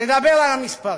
לדבר על המספרים.